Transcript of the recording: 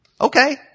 Okay